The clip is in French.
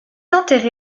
enterré